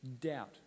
Doubt